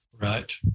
Right